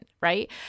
right